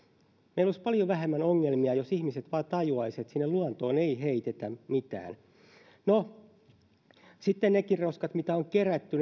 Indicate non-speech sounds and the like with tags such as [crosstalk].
meillä olisi paljon vähemmän ongelmia jos ihmiset vain tajuaisivat että luontoon ei heitetä mitään no sitten niitäkin roskia mitä on kerätty [unintelligible]